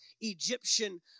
Egyptian